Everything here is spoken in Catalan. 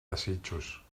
desitjos